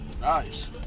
Nice